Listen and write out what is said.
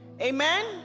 Amen